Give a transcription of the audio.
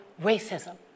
racism